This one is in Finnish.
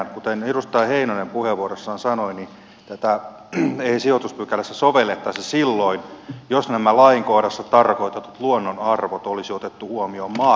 kuten edustaja heinonen puheenvuorossaan sanoi niin tätä sijoituspykälää ei sovellettaisi silloin jos nämä lainkohdassa tarkoitetut luonnonarvot olisi otettu huomioon maakuntakaavassa